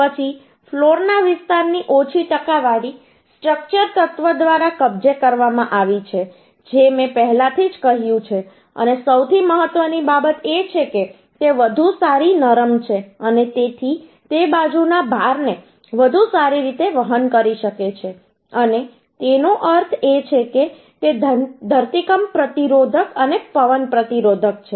પછી ફ્લોર ના વિસ્તારની ઓછી ટકાવારી સ્ટ્રક્ચર તત્વ દ્વારા કબજે કરવામાં આવી છે જે મેં પહેલેથી જ કહ્યું છે અને સૌથી મહત્વની બાબત એ છે કે તે વધુ સારી નરમ છે અને તેથી તે તે બાજુના ભારને વધુ સારી રીતે વહન કરી શકે છે અને તેનો અર્થ એ છે કે તે ધરતીકંપ પ્રતિરોધક અને પવન પ્રતિરોધક છે